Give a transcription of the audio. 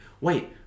wait